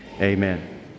amen